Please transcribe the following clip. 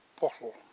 bottle